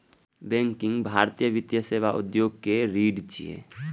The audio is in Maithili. बैंकिंग भारतीय वित्तीय सेवा उद्योग के रीढ़ छियै